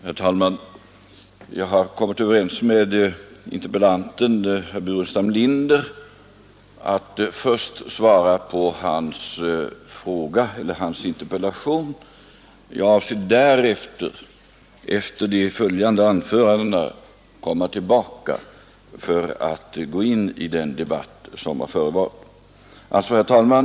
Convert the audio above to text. Herr talman! Jag har kommit överens med interpellanten, herr Burenstam Linder, om att först svara på hans interpellation. Efter de följande anförandena avser jag att komma tillbaka för att gå in i den debatt som har förevarit. Herr talman!